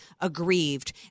aggrieved